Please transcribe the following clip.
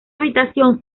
habitación